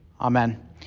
Amen